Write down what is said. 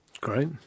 Great